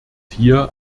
hier